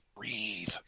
breathe